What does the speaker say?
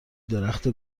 درخت